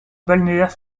balnéaire